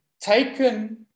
taken